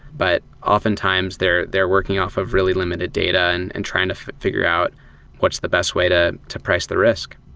but oftentimes they're they're working off of really limited data and and trying to figure out what's the best way to to price the risk.